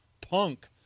punk